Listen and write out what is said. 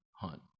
hunt